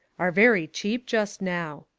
are very cheap just now.